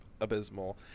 abysmal